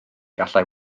gallai